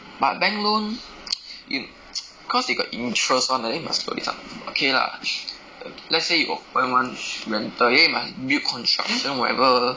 but bank loan you cause they got interest [one] leh then you must put inside okay lah let's say you open one rental then you must build construction whatever